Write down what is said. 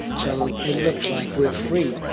so it looks like we're free.